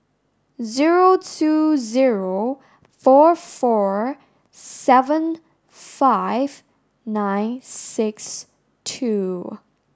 zero two zero four four seven five nine six two